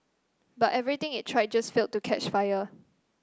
but everything it tried just failed to catch fire